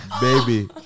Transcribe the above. baby